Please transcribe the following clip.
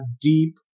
deep